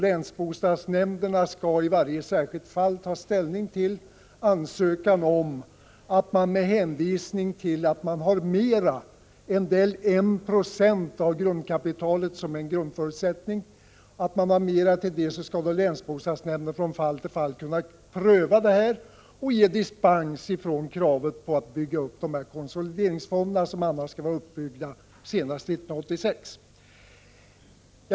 Länsbostadsnämnderna skall i varje särskilt fall ta ställning. När bostadsföretag i sin ansökan hänvisar till att man har mer än 1 90 av grundkapitalet, som är en grundförutsättning, så skall länsbostadsnämnden från fall till fall kunna pröva och ge dispens från kravet på att bygga upp dessa konsolideringsfonder, som annars skall vara uppbyggda senast 1986.